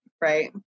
right